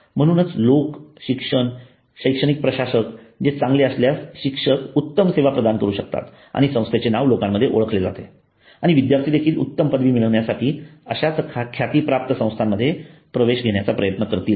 म्हणून लोक शिक्षक शैक्षणिक प्रशासक जे चांगले असल्यास शिक्षक उत्तम सेवा प्रदान करू शकतात आणि संस्थेचे नाव लोकांमध्ये ओळखले जाते आणि विद्यार्थी देखील उत्तम पदवी मिळविण्यासाठी अशा ख्यातीप्राप्त संस्थांमध्ये प्रवेश घेण्याचा प्रयत्न करतील